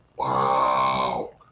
Wow